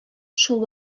шул